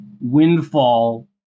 windfall